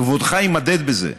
כבודך יימדד בזה.